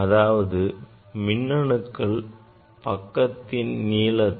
அதாவது மின்னணுக்கள் பக்கத்தின் நீளத்தை